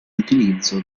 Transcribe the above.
utilizzo